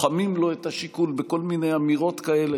תוחמים לו את השיקול בכל מיני אמירות כאלה